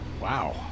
wow